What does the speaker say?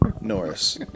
Norris